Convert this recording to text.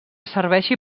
serveixi